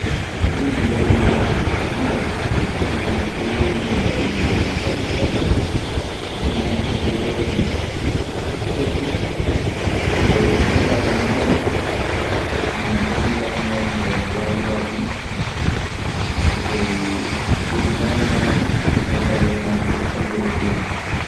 Doddu daɗondiral ɗun kaa heewii fu miɗe daɗa yimɓe hen sanne sanne, neɗɗo dogoowo sortu nde cukaaku neɗɗo ndee. Ana daɗondirannoo e waayiraaɓe mum doddu meere meere tan. Ndenkaa ɗum wanaa fay doddu yoɓeteendu.